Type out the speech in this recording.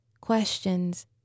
questions